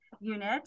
unit